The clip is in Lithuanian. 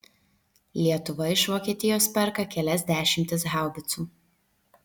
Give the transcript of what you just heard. lietuva iš vokietijos perka kelias dešimtis haubicų